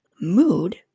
mood